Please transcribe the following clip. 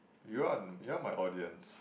you're you're my audience